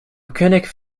könig